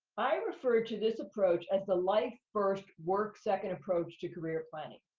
i refer to this approach as the life first, work second approach to career planning.